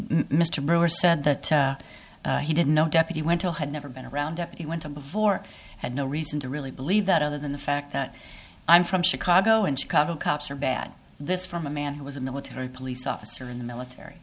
brewer said that he didn't know deputy went to had never been around and he went on before i had no reason to really believe that other than the fact that i'm from chicago and chicago cops are bad this from a man who was a military police officer in the military